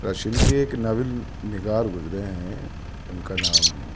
Russian کے ایک novel نگار گزرے ہیں ان کا نام